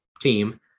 team